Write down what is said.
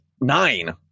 nine